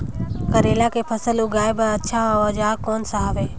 करेला के फसल उगाई बार अच्छा औजार कोन सा हवे?